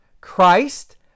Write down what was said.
Christ